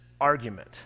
argument